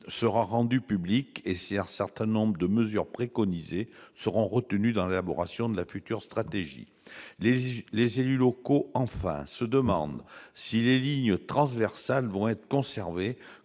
sera rendu public et si un certain nombre de mesures préconisées seront retenues dans l'élaboration de la future stratégie. Enfin, les élus locaux se demandent si les lignes transversales vont être conservées,